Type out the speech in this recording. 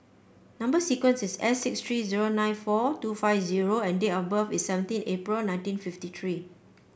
number sequence is S six three zero nine four two five zero and date of birth is seventeen April nineteen fifty three